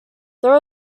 there